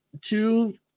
two